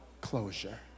closure